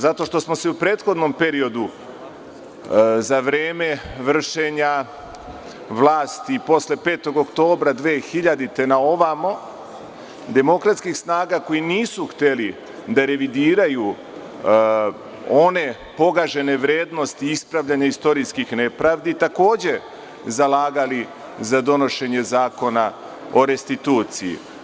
Zato što smo se u prethodnom periodu za vreme vršenja vlasti posle 5. oktobra 2000. godine na ovamo demokratskih snaga koji nisu hteli da revidiraju one pogažene vrednosti ispravljanja istorijskih nepravdi takođe zalagali za donošenje Zakona o restituciji.